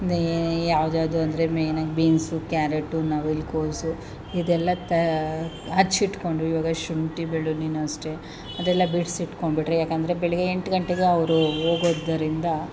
ನೇ ಯಾವುದ್ಯಾವ್ದು ಅಂದರೆ ಮೇಯ್ನಾಗಿ ಬೀನ್ಸು ಕ್ಯಾರೇಟು ನವಿಲು ಕೋಸು ಇದೆಲ್ಲ ತ ಹಚ್ಚಿಟ್ಕೊಂಡು ಇವಾಗ ಶುಂಠಿ ಬೆಳ್ಳುಳ್ಳಿಯೂ ಅಷ್ಟೆ ಅದೆಲ್ಲ ಬಿಡಿಸಿ ಇಟ್ಕೊಂಡ್ಬಿಟ್ಟರೆ ಯಾಕೆಂದ್ರೆ ಬೆಳಗ್ಗೆ ಎಂಟು ಗಂಟೆಗೆ ಅವರು ಹೋಗೋದರಿಂದ